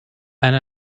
and